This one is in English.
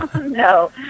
no